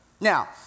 Now